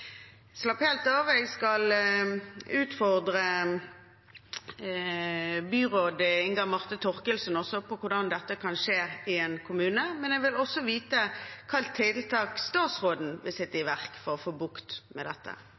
Slapp helt av, jeg skal utfordre byråd Inga Marte Thorkildsen på hvordan dette kan skje i en kommune, men jeg vil også vite hva slags tiltak statsråden vil sette i verk for å få bukt med dette.